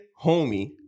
homie